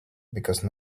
because